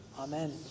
Amen